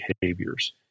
behaviors